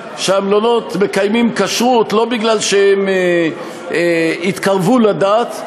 שהמלונות מקיימים כשרות לא מפני שהם התקרבו לדת,